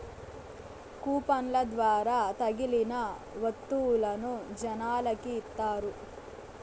కూపన్ల ద్వారా తగిలిన వత్తువులను జనాలకి ఇత్తారు